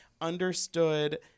understood